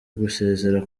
gusezera